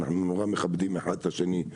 אנחנו נורא מכבדים אחד את השני.